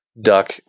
duck